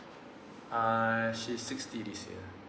ah she's sixty this year